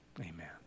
amen